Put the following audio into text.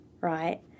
right